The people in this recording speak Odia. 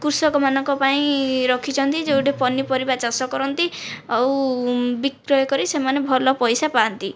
କୃଷକମାନଙ୍କ ପାଇଁ ରଖିଛନ୍ତି ଯେଉଁଠି ପନିପରିବା ଚାଷ କରନ୍ତି ଆଉ ବିକ୍ରୟ କରି ସେମାନେ ଭଲ ପଇସା ପାଆନ୍ତି